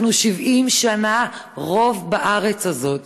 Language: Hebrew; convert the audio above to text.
אנחנו 70 שנה רוב בארץ הזאת.